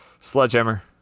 Sledgehammer